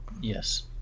Yes